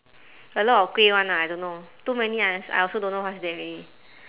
a lot of kueh [one] ah I don't know too many I I also don't know what's there already